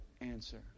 answer